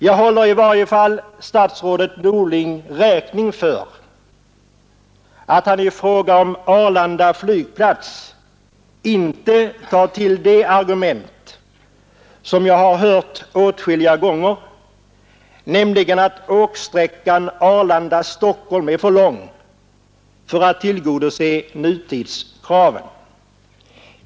Jag håller i varje fall statsrådet Norling räkning för att han i fråga om Arlanda flygplats inte tar till det argument som jag har hört åtskilliga gånger, nämligen att åksträckan Arlanda—Stockholm är för lång för att tillgodose nutidskraven.